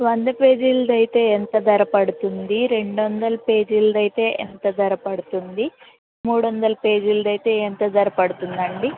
వంద పేజీలది అయితే ఎంత ధర పడుతుంది రెండు వందల పేజీలది అయితే ఎంత ధర పడుతుంది మూడు వందల పేజీలది అయితే ఎంత ధర పడుతుందండి